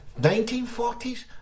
1940s